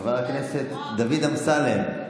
חבר הכנסת דוד אמסלם,